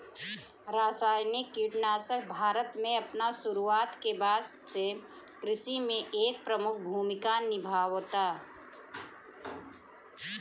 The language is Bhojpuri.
रासायनिक कीटनाशक भारत में अपन शुरुआत के बाद से कृषि में एक प्रमुख भूमिका निभावता